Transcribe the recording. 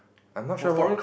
I am not sure what